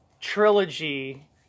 trilogy